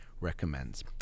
recommends